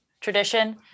tradition